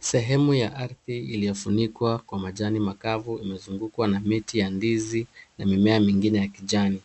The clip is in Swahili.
Sehemu ya ardhi iliyofunikwa kwa majani makavu imezungukwa na mitiya ndizi na mimea mingine ya kijani.